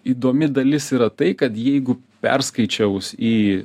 įdomi dalis yra tai kad jeigu perskaičiavus į